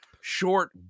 short